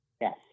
Yes